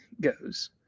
goes